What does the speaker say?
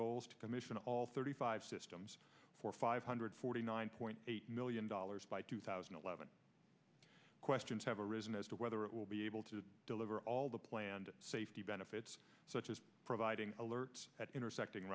goals to commission all thirty five systems for five hundred forty nine point eight million dollars by two thousand and eleven questions have arisen as to whether it will be able to deliver all the planned safety benefits such as providing alerts at intersecting